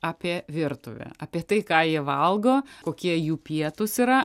apie virtuvę apie tai ką jie valgo kokie jų pietūs yra